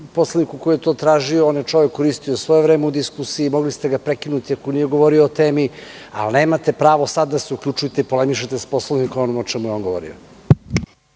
poslaniku koji je to tražio. Čovek je koristio svoje vreme u diskusiji i mogli ste ga prekinuti ako nije govorio o temi, ali nemate pravo sada da se uključujete i polemišete sa poslanikom ono o čemu je on govorio.